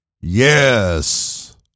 Yes